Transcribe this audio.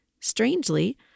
strangely